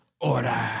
Order